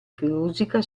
chirurgica